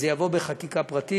אז זה יבוא בחקיקה פרטית.